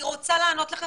אני רוצה לענות לכם,